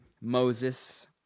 Moses